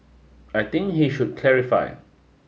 I think he should clarify